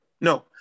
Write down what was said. No